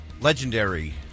Legendary